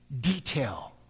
detail